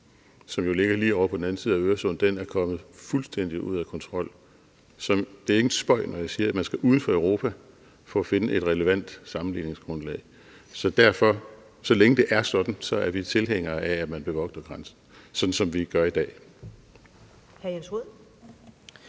som ligger lige ovre på den anden side af Øresund, er kommet fuldstændig ud af kontrol, så det er ingen spøg, når jeg siger, at man skal udenfor Europa for at finde et relevant sammenligningsgrundlag. Derfor er vi, så længe det er sådan, tilhængere af, at man bevogter grænsen, sådan som det gøres i dag.